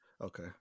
Okay